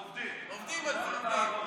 אנחנו עובדים על זה.